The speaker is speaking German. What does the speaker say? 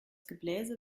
gebläse